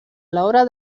l’obra